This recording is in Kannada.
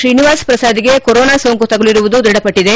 ಶ್ರೀನಿವಾಸ್ ಪ್ರಸಾದ್ಗೆ ಕೊರೋನಾ ಸೋಂಕು ತಗುಲಿರುವುದು ದೃಢಪಟ್ಟಿದೆ